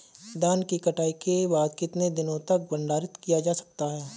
धान की कटाई के बाद कितने दिनों तक भंडारित किया जा सकता है?